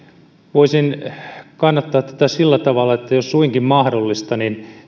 voisin kannattaa tätä sillä tavalla että jos suinkin mahdollista